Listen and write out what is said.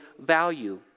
value